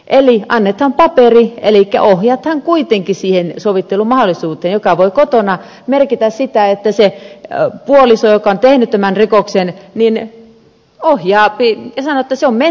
eli annetaan paperi elikkä ohjataan kuitenkin siihen sovittelumahdollisuuteen joka voi kotona merkitä sitä että se puoliso joka on tehnyt tämän rikoksen ohjaa ja sanoo että on mentävä tähän sovitteluun